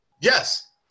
Yes